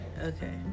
Okay